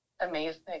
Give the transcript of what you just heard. Amazing